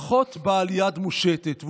פחות בעל יד מושטת.